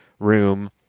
room